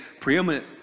preeminent